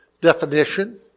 definition